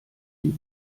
die